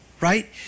right